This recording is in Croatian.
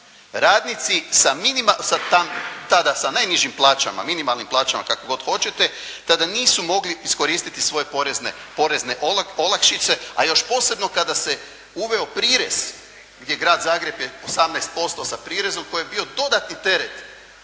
Radnici tada sa najnižim plaćama, minimalnim plaćama, kako god hoćete, tada nisu mogli iskoristiti svoje porezne olakšice, a još posebno kada se uveo prirez gdje grad Zagreb je 18% sa prirezom koji je bio dodatni teret